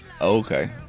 Okay